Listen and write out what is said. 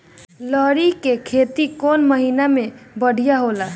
लहरी के खेती कौन महीना में बढ़िया होला?